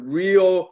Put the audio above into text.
real